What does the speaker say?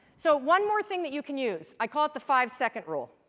so one more thing that you can use, i call it the five-second-rule.